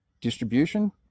distribution